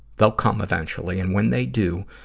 they'll come eventually, and when they do,